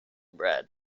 bread